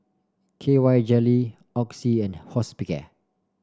K Y Jelly Oxy and Hospicare